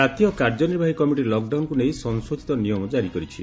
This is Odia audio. ଜାତୀୟ କାର୍ଯ୍ୟନିର୍ବାହୀ କମିଟି ଲକ୍ଡାଉନ୍କୁ ନେଇ ସଂଶୋଧିତ ନିୟମାବଳୀ ଜାରି କରିଛି